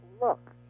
look